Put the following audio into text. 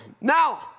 Now